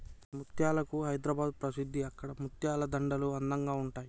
ముత్యాలకు హైదరాబాద్ ప్రసిద్ధి అక్కడి ముత్యాల దండలు అందంగా ఉంటాయి